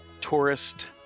tourist